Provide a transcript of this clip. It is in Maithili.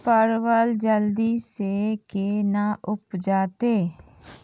परवल जल्दी से के ना उपजाते?